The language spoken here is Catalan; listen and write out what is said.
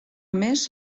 més